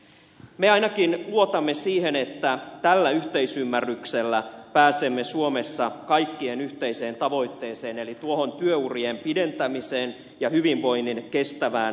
me ainakin luotamme siihen että tällä yhteisymmärryksellä pääsemme suomessa kaikkien yhteiseen tavoitteeseen eli tuohon työurien pidentämiseen ja hyvinvoinnin kestävään turvaamiseen